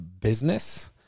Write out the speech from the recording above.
business